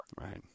right